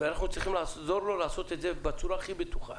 אנחנו צריכים לעזור לו לעשות את זה בצורה הכי בטוחה.